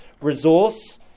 resource